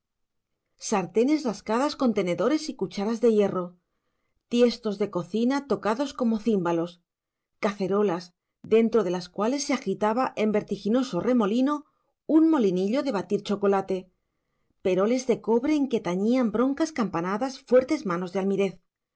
sartenes rascadas con tenedores y cucharas de hierro tiestos de cocina tocados como címbalos cacerolas dentro de las cuales se agitaba en vertiginoso remolino un molinillo de batir chocolate peroles de cobre en que tañían broncas campanadas fuertes manos de almirez